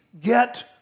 get